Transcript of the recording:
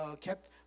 kept